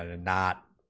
ah not,